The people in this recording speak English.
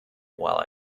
while